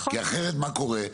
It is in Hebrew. כי אחרת מה קורה,